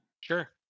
Sure